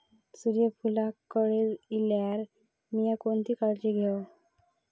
सूर्यफूलाक कळे इल्यार मीया कोणती काळजी घेव?